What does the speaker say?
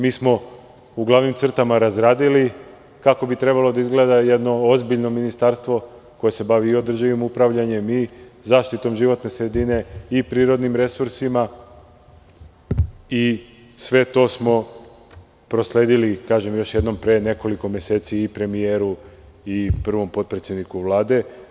Mi smo u glavnim crtama razradili kako bi trebalo da izgleda jedno ozbiljno ministarstvo koje se bavi održivim upravljanjem i zaštitom životne sredine, i prirodnim resursima, i sve to smo prosledili, kažem još jednom, pre nekoliko meseci i premiju i prvom potpredsedniku Vlade.